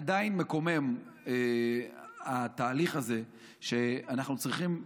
עדיין מקומם התהליך הזה שאנחנו צריכים,